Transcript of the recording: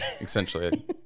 Essentially